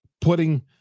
putting